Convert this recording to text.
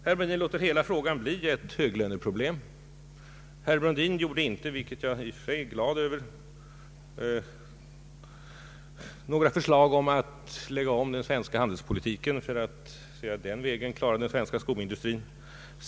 Herr Brundin låter hela frågan bli ett höglöneproblem. Herr Brundin kom inte, vilket jag i och för sig är glad för, med några förslag om att lägga om den svenska handelspolitiken för att den vägen klara den svenska skoindustrin.